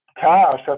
cash